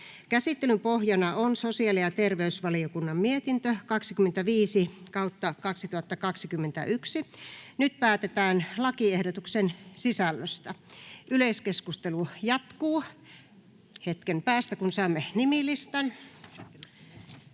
Käsittelyn pohjana on sosiaali- ja terveysvaliokunnan mietintö StVM 25/2021 vp. Nyt päätetään lakiehdotuksen sisällöstä. Yleiskeskustelu jatkuu hetken päästä, kun saamme nimilistan.